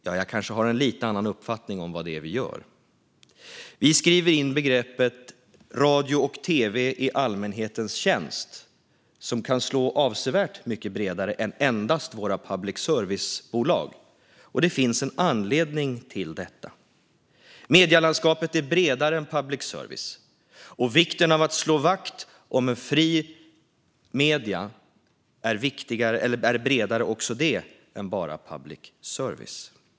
Jag har kanske en lite annan uppfattning om vad det är vi gör. Vi skriver in begreppet radio och tv i allmänhetens tjänst, vilket kan slå avsevärt bredare än endast våra public service-bolag, och det finns en anledning till detta. Medielandskapet är bredare än public service, och vikten av att slå vakt om fria medier handlar om något bredare än bara public service.